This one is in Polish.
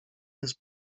jest